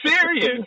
serious